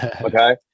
Okay